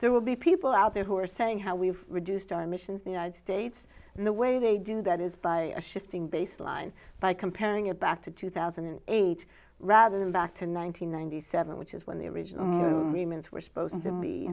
there will be people out there who are saying how we've reduced our emissions the united states in the way they do that is by shifting baseline by comparing it back to two thousand and eight rather than back to nine hundred ninety seven which is when the original remains were supposed to